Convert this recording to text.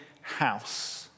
house